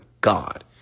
God